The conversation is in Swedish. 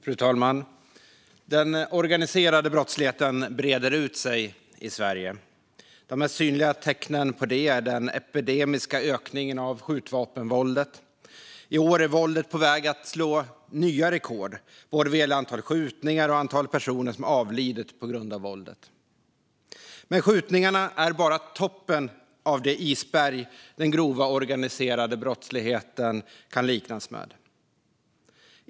Fru talman! Den organiserade brottsligheten breder ut sig i Sverige. De mest synliga tecknen på det är den epidemiska ökningen av skjutvapenvåldet. I år är våldet på väg att slå alla rekord vad gäller både antalet skjutningar och antalet personer som avlidit på grund av våldet. Men skjutningarna är bara toppen av det isberg den grova organiserade brottsligheten kan liknas vid.